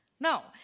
No